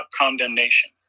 condemnation